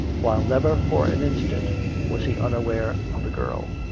while never for an instant was he unaware of the girl.